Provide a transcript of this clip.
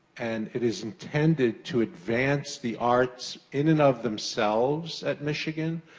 and it is intended to advance the arts, in and of themselves at michigan,